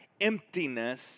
emptiness